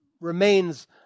remains